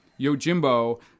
Yojimbo